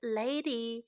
lady